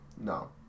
No